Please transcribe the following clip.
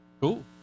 Cool